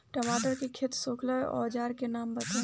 टमाटर के खेत सोहेला औजर के नाम बताई?